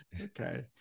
okay